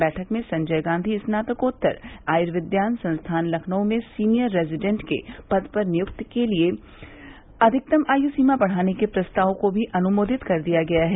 बैठक में संजय गांधी स्नातकोत्तर आयूर्विज्ञान संस्थान लखनऊ में सीनियर रेज़िडेन्ट के पद पर नियुक्ति के लिये अधिकतम आयू सीमा बढ़ाने के प्रस्ताव को भी अनुमोदित कर दिया गया है